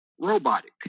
Robotic